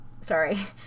sorry